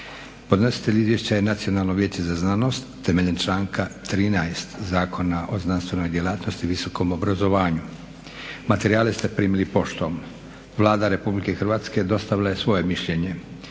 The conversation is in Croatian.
Podnositelj Izvješća je Nacionalno vijeće za znanost temeljem članka 13. Zakona o znanstvenoj djelatnosti i visokom obrazovanju. Materijale ste primili poštom. Vlada Republike Hrvatske dostavila je svoje mišljenje.